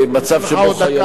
מצב שבו חיילים,